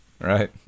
right